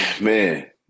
Man